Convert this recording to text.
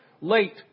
late